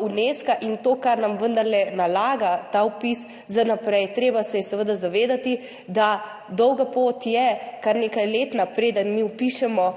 Unesca in to, kar nam vendarle nalaga ta vpis za vnaprej. Treba se je seveda zavedati, da je dolga pot, kar nekaj letna, preden mi vpišemo